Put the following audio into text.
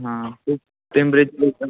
हां तेच टेंपरेचर पण